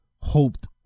hoped